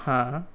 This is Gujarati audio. હા